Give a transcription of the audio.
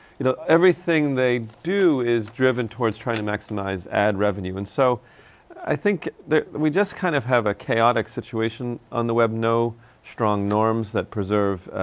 you know, everything they do is driven towards trying to maximize ad revenue. and so i think there we just kind of have a chaotic situation on the web, no strong norms that preserve